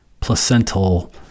placental